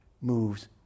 moves